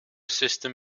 system